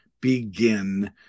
begin